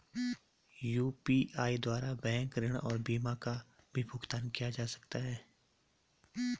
UPI द्वारा bank ऋण और बीमा का भी भुगतान किया जा सकता है?